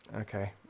Okay